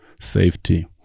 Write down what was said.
safety